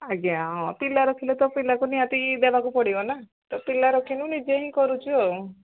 ଆଜ୍ଞା ହଁ ପିଲା ରଖିଲେ ତ ପିଲାକୁ ନିହାତି ଦେବାକୁ ପଡ଼ିବ ନା ତ ପିଲା ରଖିନୁ ନିଜେ ହିଁ କରୁଛୁ